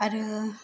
आरो